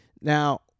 Now